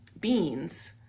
beans